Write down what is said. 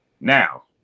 Now